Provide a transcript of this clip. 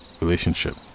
relationship